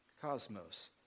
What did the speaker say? cosmos